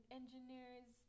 engineers